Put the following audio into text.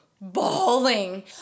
bawling